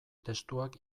testuak